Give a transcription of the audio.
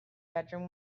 bedroom